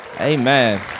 amen